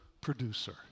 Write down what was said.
producer